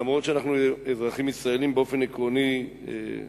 למרות היותנו אזרחים ישראלים באופן עקרוני רגילים,